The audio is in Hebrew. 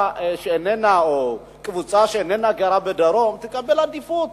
או קבוצה שאיננה גרה בדרום תקבל עדיפות